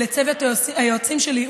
לצוות היועצים שלי,